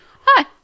Hi